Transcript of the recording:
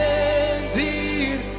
indeed